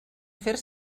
fer